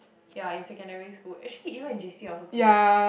ya in secondary school actually even in J_C I also play